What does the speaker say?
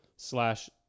Slash